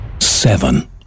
Seven